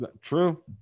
True